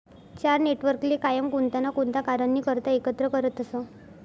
चार नेटवर्कले कायम कोणता ना कोणता कारणनी करता एकत्र करतसं